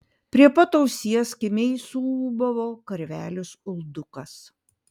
prie pat ausies kimiai suūbavo karvelis uldukas